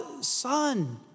Son